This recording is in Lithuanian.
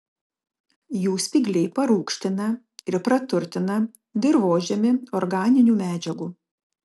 jų spygliai parūgština ir praturtina dirvožemį organinių medžiagų